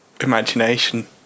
imagination